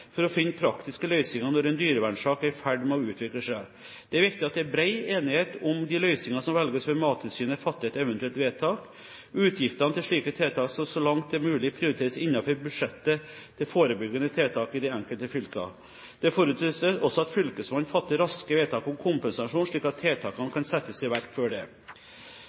for å finne praktiske løsninger når en dyrevernsak er i ferd med å utvikle seg. Det er viktig at det er bred enighet om de løsninger som velges før Mattilsynet fatter et eventuelt vedtak. Utgiftene til slike tiltak skal så langt det er mulig prioriteres innenfor budsjettet til forebyggende tiltak i de enkelte fylker. Det forutsettes også at fylkesmannen fatter raske vedtak om kompensasjon, slik at tiltakene kan settes i verk.»